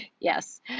Yes